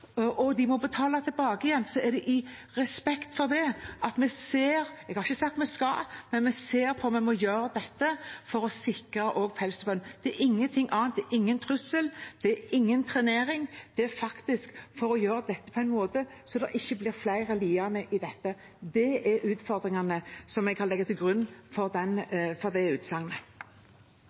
og de må betale tilbake – at vi ser på om vi må gjøre dette for å sikre pelsdyrbøndene. Jeg har ikke sagt at vi skal gjøre det, men vi ser på det. Det er ingenting annet. Det er ingen trussel, det er ingen trenering, det er faktisk for å gjøre dette på en sånn måte at det ikke blir flere lidende i dette. Det er utfordringene som jeg kan legge til grunn for det utsagnet. 1 236 dager sa representanten Morten Ørsal Johansen. Ja, det